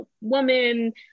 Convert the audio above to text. woman